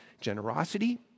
generosity